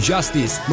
Justice